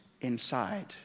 inside